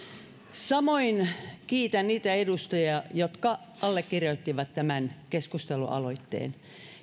samoin kiitän niitä edustajia jotka allekirjoittivat tämän keskustelualoitteen